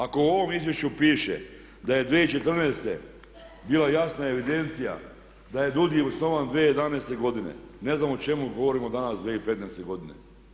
Ako u ovom izvješću piše da je 2014.bila jasna evidencija da je DUUDI osnovan 2011.godine ne znam o čemu govorimo danas 2015.godine.